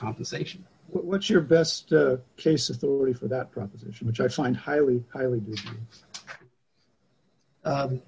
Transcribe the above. compensation what's your best case authority for that proposition which i find highly highly